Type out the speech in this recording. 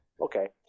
okay